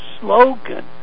slogan